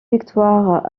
victoires